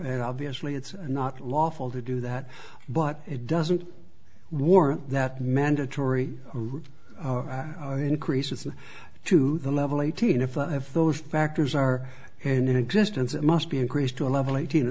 and obviously it's not lawful to do that but it doesn't warrant that mandatory increases to the level eighteen if i have those factors are and in existence it must be increased to a level eighteen